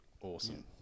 Awesome